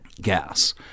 gas